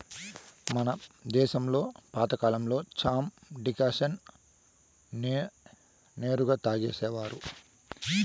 మన దేశంలో పాతకాలంలో చాయ్ డికాషన్ నే నేరుగా తాగేసేవారు